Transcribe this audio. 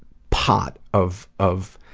pot of of